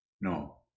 no